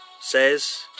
says